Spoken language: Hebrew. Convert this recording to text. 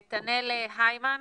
נתנאל היימן,